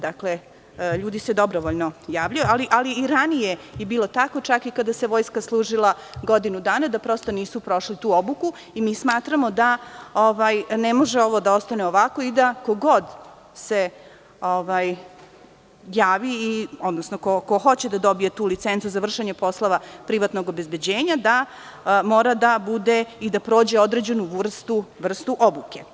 Dakle, ljudi se dobrovoljno javljaju, ali i ranije je bilo tako, čak i kada se vojska služila godinu dana, da prosto nisu prošli tu obuku i mi smatramo da ne može ovo da ostane ovako i da ko god se javi, odnosno ko hoće da dobije tu licencu za vršenje poslova privatnog obezbeđenja da mora da prođe određenu vrstu obuke.